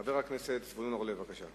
חבר הכנסת זבולון אורלב, בבקשה.